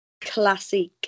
classic